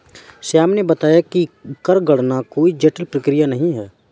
श्याम ने बताया कि कर गणना कोई जटिल प्रक्रिया नहीं है